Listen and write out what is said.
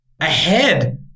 ahead